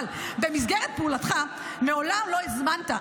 אבל במסגרת פעולתך מעולם לא הזמנת,